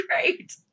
great